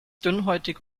dünnhäutig